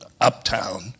uptown